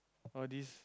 all these